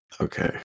Okay